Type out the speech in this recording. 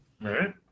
Right